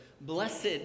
blessed